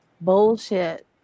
Bullshit